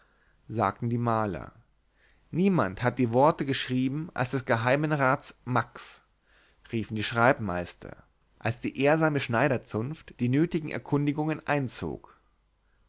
sagten die maler niemand hat die worte geschrieben als des geheimen rats max riefen die schreibmeister als die ehrsame schneiderzunft die nötigen erkundigungen einzog